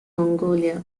mongolia